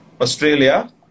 Australia